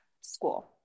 school